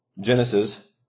Genesis